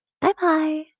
Bye-bye